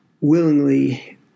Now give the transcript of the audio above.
willingly